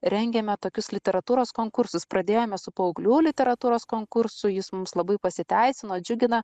rengiame tokius literatūros konkursus pradėjome su paauglių literatūros konkursu jis mums labai pasiteisino džiugina